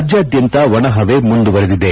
ರಾಜ್ಯಾದ್ಯಂತ ಒಣ ಹವೆ ಮುಂದುವರೆದಿದೆ